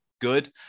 good